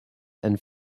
and